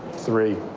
three.